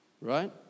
right